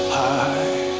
high